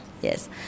Yes